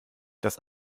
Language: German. das